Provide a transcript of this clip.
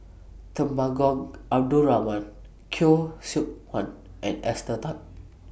Temenggong Abdul Rahman Khoo Seok Wan and Esther Tan